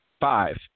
Five